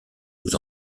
nous